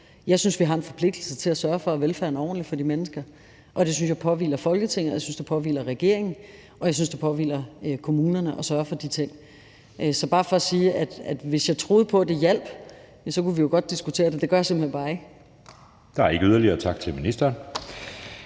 Jeg synes, vi har en forpligtelse til at sørge for, at velfærden for de mennesker er ordentlig – jeg synes, det påhviler Folketinget, jeg synes, det påhviler regeringen, og jeg synes, det påhviler kommunerne at sørge for de ting. Det er bare for at sige, at hvis jeg troede på, at det hjalp, kunne vi godt diskutere det, men det gør jeg simpelt hen bare ikke. Kl. 15:55 Anden næstformand